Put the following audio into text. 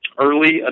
early